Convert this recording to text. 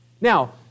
Now